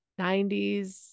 90s